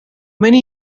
many